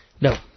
No